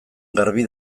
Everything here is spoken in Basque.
garbi